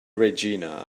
regina